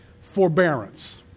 Forbearance